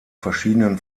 verschiedenen